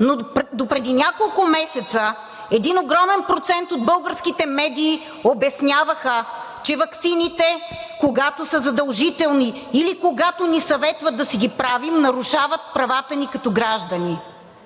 но допреди няколко месеца един огромен процент от българските медии обясняваха, че ваксините, когато са задължителни или когато ни съветват да си ги правим, нарушават правата ни като граждани.